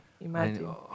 imagine